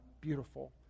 beautiful